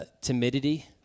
timidity